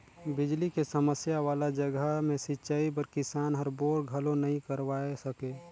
बिजली के समस्या वाला जघा मे सिंचई बर किसान हर बोर घलो नइ करवाये सके